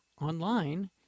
online